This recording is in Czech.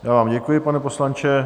Já vám děkuji, pane poslanče.